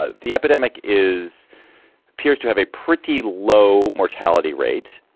ah the epidemic is appears to have a pretty low mortality rate.